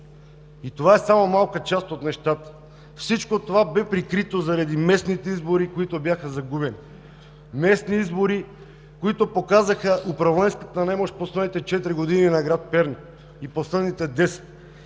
И това е само малка част от нещата. Всичко бе прикрито заради местните избори, които бяха загубени, местните избори, които показаха управленската немощ в последните четири години на град Перник и последните десет.